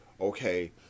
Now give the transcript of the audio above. Okay